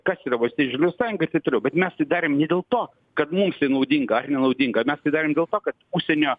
kas yra valstiečių žaliųjų sąjunga ir taip toliau bet mes tai darėm dėl to kad mums tai naudinga ar nenaudinga mes tai darėm kad užsienio